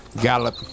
gallop